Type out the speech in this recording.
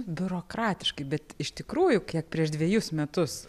biurokratiškai bet iš tikrųjų kiek prieš dvejus metus